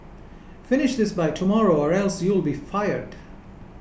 finish this by tomorrow or else you'll be fired